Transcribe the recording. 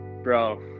Bro